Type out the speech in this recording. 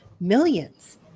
millions